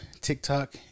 TikTok